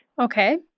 Okay